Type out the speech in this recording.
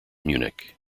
munich